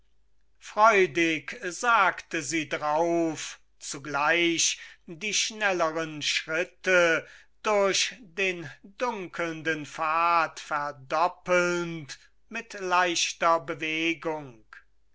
freudig sagte sie drauf zugleich die schnelleren schritte durch den dunkelnden pfad verdoppelnd mit leichter bewegung